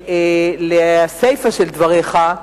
לסיפא של דבריך,